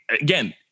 again